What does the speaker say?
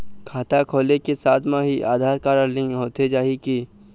खाता खोले के साथ म ही आधार कारड लिंक होथे जाही की?